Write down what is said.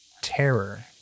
Terror